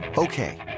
Okay